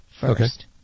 first